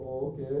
Okay